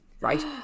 Right